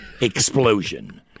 explosion